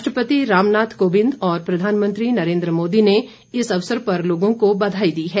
राष्ट्रपति रामनाथ कोविंद और प्रधानमंत्री नरेंद्र मोदी ने इस अवसर पर लोगों को बघाई दी है